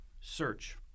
search